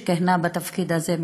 שכיהנה בתפקיד הזה,